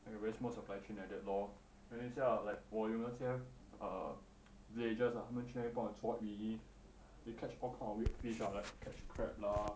and very small supply chain like that lor then 等一下 like 我有一些 err legions ah 他们帮我抓鱼 they catch all kind of weird fish lah like catch crab lah